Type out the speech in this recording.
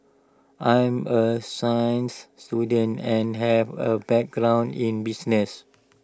I'm A science student and have A background in business